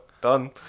done